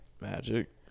Magic